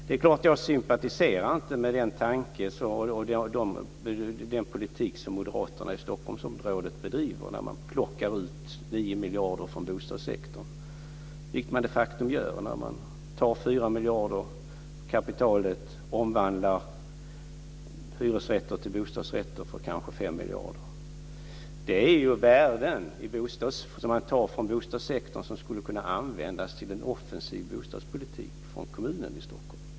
Det är klart att jag inte sympatiserar med de tankarna eller med den politik som moderaterna i Stockholmsområdet bedriver när de plockar ut 9 miljarder från bostadssektorn, vilket man de facto gör när man tar 4 miljarder av kapitalet och omvandlar hyresrätter till bostadsrätter för kanske 5 miljarder. Det är värden som man tar från bostadssektorn som skulle kunna användas till en offensiv bostadspolitik från Stockholms kommun.